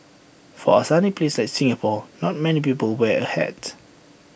for A sunny place like Singapore not many people wear A hat